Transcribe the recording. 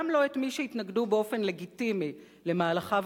גם לא את מי שהתנגדו באופן לגיטימי למהלכיו